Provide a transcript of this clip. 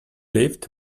lived